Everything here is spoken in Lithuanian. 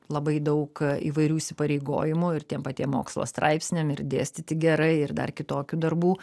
labai daug įvairių įsipareigojimų ir tiem patiem mokslo straipsniam ir dėstyti gerai ir dar kitokių darbų